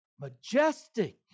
majestic